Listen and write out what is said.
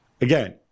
again